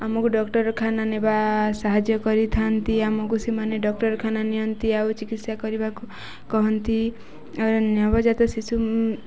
ଆମକୁ ଡାକ୍ତରଖାନା ନେବା ସାହାଯ୍ୟ କରିଥାନ୍ତି ଆମକୁ ସେମାନେ ଡାକ୍ତରଖାନା ନିଅନ୍ତି ଆଉ ଚିକିତ୍ସା କରିବା କହନ୍ତି ନବଜାତ ଶିଶୁ